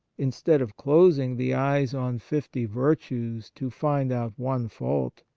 instead of closing the eyes on fifty virtues to find out one fault,